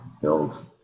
build